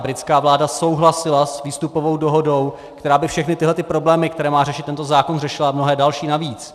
Britská vláda souhlasila s výstupovou dohodou, která by všechny tyto problémy, které má řešit tento zákon, řešila a mnohé další navíc.